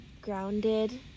grounded